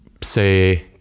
say